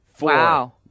Wow